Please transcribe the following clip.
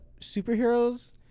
superheroes